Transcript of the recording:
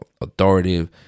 authoritative